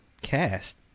cast